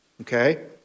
Okay